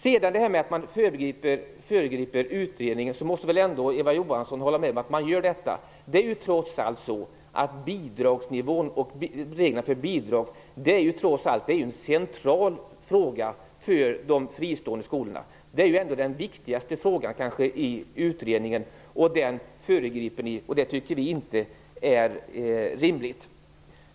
Vad sedan gäller att föregripa utredningen måste väl Eva Johansson hålla med om att det är det som man gör. Reglerna för bidrag är trots allt en central fråga för de fristående skolorna. Det är kanske den viktigaste frågan i utredningen, och den föregriper ni. Vi tycker inte att det är rimligt.